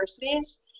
universities